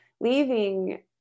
leaving